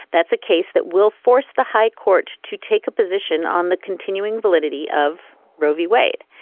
that's a case that will force the high court to take a position on the continuing validity of roe v. wade.